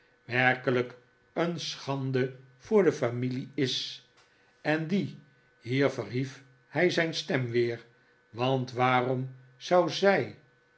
werkelijk een schande voor de familie is en die hier verhief hij zijn stem weer want waarom zou zij